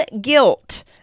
guilt